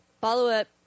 follow-up